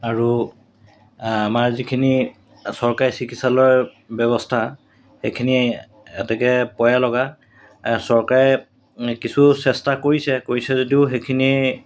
আৰু আমাৰ যিখিনি চৰকাৰী চিকিৎসালয়ৰ ব্যৱস্থা সেইখিনি এতেকে পয়ালগা চৰকাৰে কিছু চেষ্টা কৰিছে কৰিছে যদিও সেইখিনি